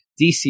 DC